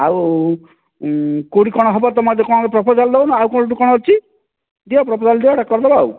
ଆଉ ଉଁ କେଉଁଠି କଣ ହେବ ତମେ ଆଗେ କଣ ପ୍ରପୋଜାଲ ଦେଉନ ଆଉ କେଉଁଠି କଣ ଅଛି ଦିଅ ପ୍ରପୋଜାଲ ସେଟା କରିଦେବା ଆଉ